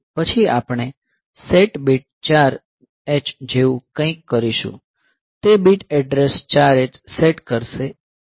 પછી આપણે set bit 04 H જેવું કંઈક કરીશું તે બીટ એડ્રેસ 04 H સેટ કરશે